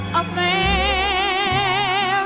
affair